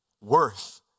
worth